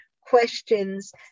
questions